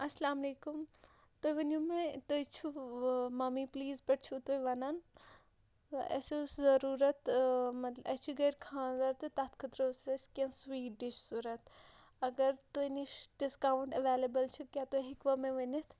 اَسلامُ علیکُم تُہۍ ؤنِو مےٚ تُہۍ چھُو مٔمی پٕلیٖز پٮ۪ٹھ چھُو تُہۍ وَنان اَسہِ اوس ضٔروٗرت مطلب اَسہِ چھِ گَرِ خانٛدَر تہٕ تَتھ خٲطرٕ اوس اَسہِ کیٚنٛہہ سُویٖٹ ڈِش ضوٚرتھ اگر تۄہہِ نِش ڈِسکاوُنٛٹ اٮ۪وٮ۪لیبٕل چھِ کیٛاہ تُہۍ ہیٚکوا مےٚ ؤنِتھ